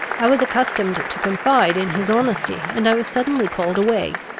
i was accustomed to confide in his honesty, and i was suddenly called away,